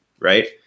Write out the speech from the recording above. right